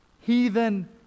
Heathen